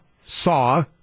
Saw